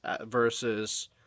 versus